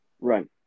right